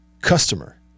customer